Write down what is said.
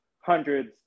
hundreds